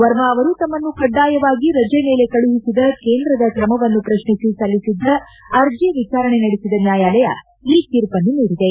ವರ್ಮಾ ಅವರು ತಮ್ನನ್ನು ಕಡ್ಡಾಯವಾಗಿ ರಜೆ ಮೇಲೆ ಕಳುಹಿಸಿದ ಕೇಂದ್ರದ ಕ್ರಮವನ್ನು ಪ್ರಶ್ನಿಸಿ ಸಲ್ಲಿಸಿದ್ದ ಅರ್ಜಿ ವಿಚಾರಣೆ ನಡೆಸಿದ ನ್ಯಾಯಾಲಯ ಈ ತೀರ್ಪನ್ನು ನೀಡಿದೆ